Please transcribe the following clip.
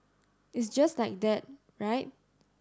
it's just like that right